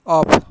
off